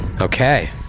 Okay